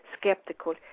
Skeptical